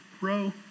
row